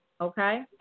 Okay